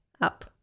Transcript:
up